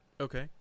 okay